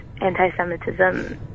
anti-Semitism